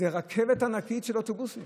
זה רכבת ענקית של אוטובוסים